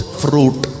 fruit